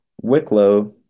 Wicklow